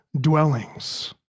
dwellings